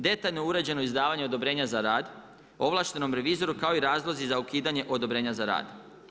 Detaljno uređeno izdavanje odobrenja za rad ovlaštenom revizoru kao i razlozi za ukidanje odobrenja za rad.